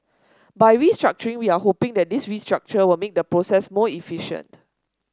by restructuring we are hoping that this restructure will make the process more efficient